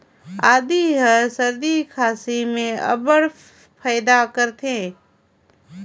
आदी हर सरदी खांसी में अब्बड़ फएदा करथे